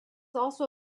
also